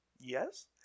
Yes